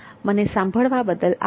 મને સાંભળવા બદલ આભાર